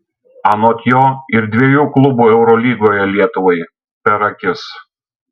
anot jo ir dviejų klubų eurolygoje lietuvai per akis